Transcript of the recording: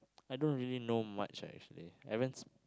I don't really know much actually I haven't